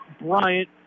Bryant